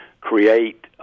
create